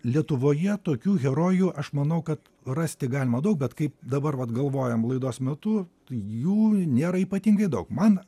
lietuvoje tokių herojų aš manau kad rasti galima daug bet kaip dabar vat galvojam laidos metu jų nėra ypatingai daug man